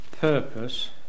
purpose